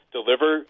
deliver